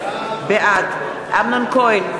בעד אמנון כהן,